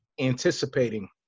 anticipating